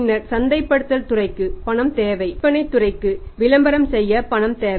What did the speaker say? பின்னர் சந்தைப்படுத்தல் துறைக்கு பணம் தேவை விற்பனைத் துறைக்கு விளம்பரம் செய்ய பணம் தேவை